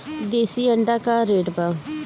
देशी अंडा का रेट बा?